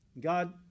God